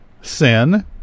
sin